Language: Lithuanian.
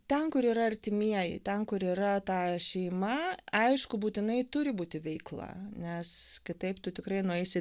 ten kur yra artimieji ten kur yra ta šeima aišku būtinai turi būti veikla nes kitaip tu tikrai nueisi